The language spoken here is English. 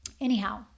Anyhow